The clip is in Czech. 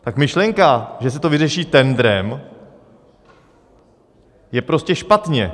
Tak myšlenka, že se to vyřeší tendrem, je prostě špatně.